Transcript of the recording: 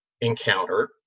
encounter